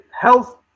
Health